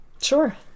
Sure